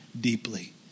deeply